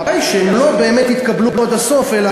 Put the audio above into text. הבעיה היא שהם לא באמת התקבלו עד הסוף אלא